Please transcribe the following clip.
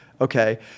okay